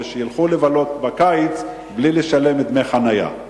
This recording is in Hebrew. שילכו לבלות בקיץ בלי לשלם דמי חנייה.